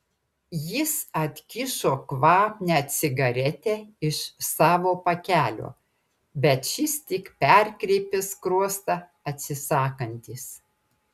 jis atkišo kvapnią cigaretę iš savo pakelio bet šis tik perkreipė skruostą atsisakantis